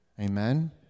Amen